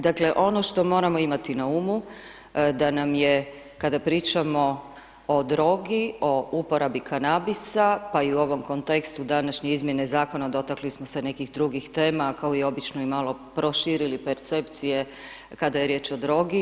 Dakle ono što moramo imati na umu da nam je kada pričamo o drogi, o uporabi kanabisa pa i u ovom kontekstu današnje izmjene zakona dotakli smo se nekih drugih tema kao i obično i malo proširili percepcije kada je riječ o drogi.